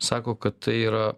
sako kad tai yra